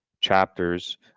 chapters